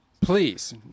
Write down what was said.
Please